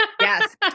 Yes